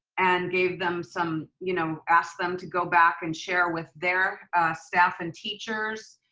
and gave them some, you know asked them to go back and share with their staff and teachers.